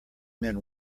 men